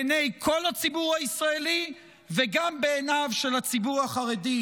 בעיני כל הציבור הישראלי וגם בעיניו של הציבור החרדי,